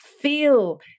Feel